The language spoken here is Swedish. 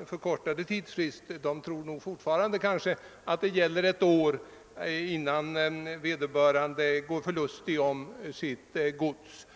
blev förkortad; alltjämt tror man nog att det skall gå ett helt år innan vederbörande blir förlustig sitt gods.